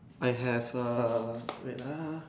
I have err wait lah